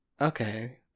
okay